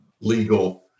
legal